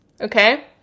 okay